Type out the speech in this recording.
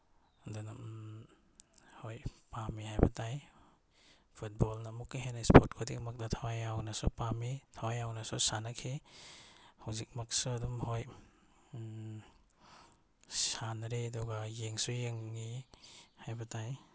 ꯑꯗꯨꯅ ꯍꯣꯏ ꯄꯥꯝꯃꯤ ꯍꯥꯏꯕ ꯇꯥꯏ ꯐꯨꯠꯕꯣꯜꯅ ꯑꯃꯨꯛꯀ ꯍꯦꯟꯅ ꯏꯁꯄꯣꯔꯠ ꯈꯨꯗꯤꯡꯃꯛꯇ ꯊꯋꯥꯏ ꯌꯥꯎꯅꯁꯨ ꯄꯥꯝꯃꯤ ꯊꯋꯥꯏ ꯌꯥꯎꯅꯁꯨ ꯁꯥꯟꯅꯈꯤ ꯍꯧꯖꯤꯛꯃꯛꯁꯨ ꯑꯗꯨꯝ ꯍꯣꯏ ꯁꯥꯟꯅꯔꯤ ꯑꯗꯨꯒ ꯌꯦꯡꯁꯨ ꯌꯦꯡꯉꯤ ꯍꯥꯏꯕ ꯇꯥꯏ